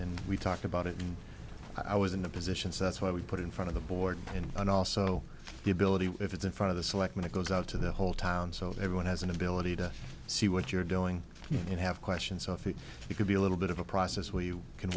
and we talked about it and i was in the position so that's why we put in front of the board and and also the ability if it's in front of the selectmen it goes out to the whole town so everyone has an ability to see what you're doing and have questions off it you could be a little bit of a process where you can